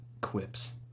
quips